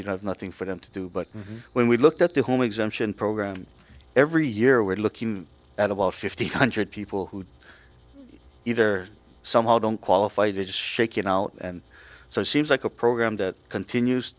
you have nothing for them to do but when we looked at the home exemption program every year we're looking at about fifty eight hundred people who either somehow don't qualify to just shake it out and so it seems like a program that continues